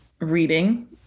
reading